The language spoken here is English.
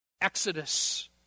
Exodus